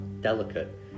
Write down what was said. delicate